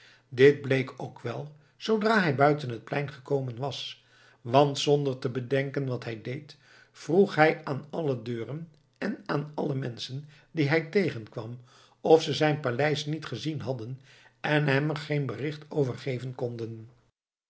dit bleek ook wel zoodra hij buiten het plein gekomen was want zonder te bedenken wat hij deed vroeg hij aan alle deuren en aan alle menschen die hij tegenkwam of ze zijn paleis niet gezien hadden en hem er geen bericht over geven konden